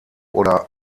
oder